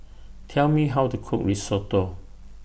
Tell Me How to Cook Risotto